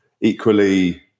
equally